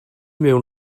mewn